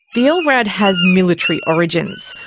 the lrad has military origins.